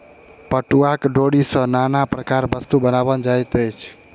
पटुआक डोरी सॅ नाना प्रकारक वस्तु बनाओल जाइत अछि